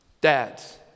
dads